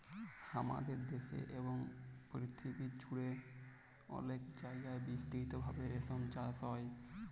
হামাদের দ্যাশে এবং পরথিবী জুড়ে অলেক জায়গায় বিস্তৃত ভাবে রেশম চাস হ্যয়